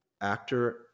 actor